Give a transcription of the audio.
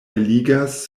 eligas